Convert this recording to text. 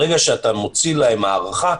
ברגע שאתה מוציא הארכה,